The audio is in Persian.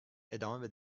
ادامه